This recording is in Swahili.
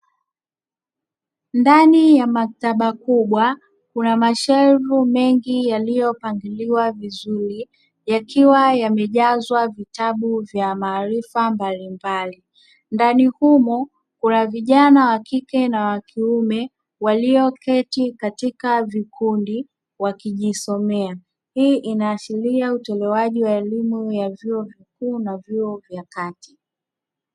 Ndani ya maktaba kubwa kuna mashelfu mengi yaliyopangiliwa vizuri, yakiwa yamejezwa vitabu vya maarifa mbalimbali. Ndani humo kuna vijana wa kike na wa kiume walioketi katika vikundi wakijisomea. Hii inaashiria utolewaji wa elimu ya vyuo vikuu na vyuo vya kati